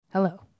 Hello